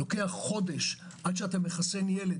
לוקח חודש עד שאתה מחסן ילד,